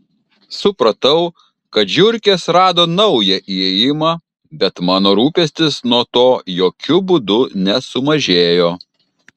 supratau kad žiurkės rado naują įėjimą bet mano rūpestis nuo to jokiu būdu nesumažėjo